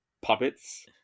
puppets